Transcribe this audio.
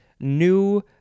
new